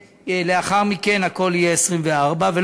ולאחר מכן הכול יהיה 24 חודשים,